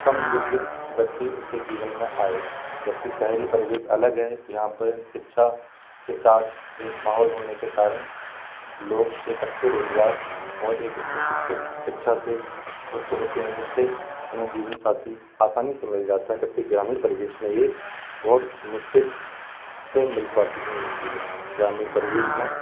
कम योग्य व्यक्ति उसके जीवन में आए जब कि शेहरी परिवेश अलग है यहाँ पर शिक्षा के साथ एक माहौल होने के कारण लोग एक अच्छे रोज़गार और एक उच्च शिक्षित शिक्षा से युक्त होते हैं जिससे उन्हे जीवन साथी आसानी से मिल जाता है जब कि ग्रामीण परिवेश में ये बहुत मुश्किल से मिल पाता है ये चीज़ें ग्रामीण परिवेश में